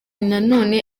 nanone